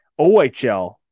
OHL